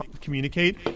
communicate